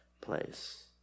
place